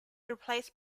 replaced